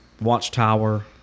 Watchtower